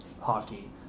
hockey